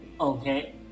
Okay